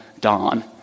dawn